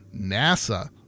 NASA